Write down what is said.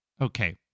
Okay